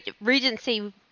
Regency